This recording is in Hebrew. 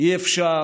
אי-אפשר